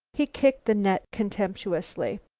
he kicked the net contemptuously.